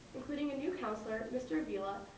including a new counselor, mr. avila,